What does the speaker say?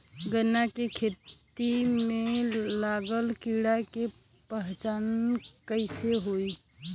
गन्ना के खेती में लागल कीड़ा के पहचान कैसे होयी?